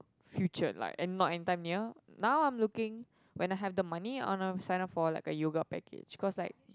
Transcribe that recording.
future like and not in time near now I'm looking when I have the money I want to sign up for like a yoga package cause like